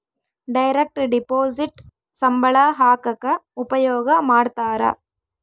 direct deposit ಸಂಬಳ ಹಾಕಕ ಉಪಯೋಗ ಮಾಡ್ತಾರ